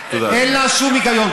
אין בה שום היגיון.